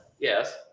Yes